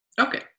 Okay